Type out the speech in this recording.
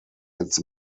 its